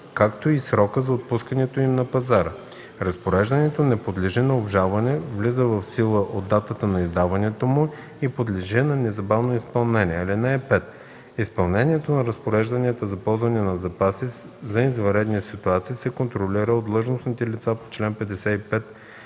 както и срока за отпускането им на пазара. Разпореждането не подлежи на обжалване, влиза в сила от датата на издаването му и подлежи на незабавно изпълнение. (5) Изпълнението на разпорежданията за ползване на запаси за извънредни ситуации се контролира от длъжностните лица по чл. 55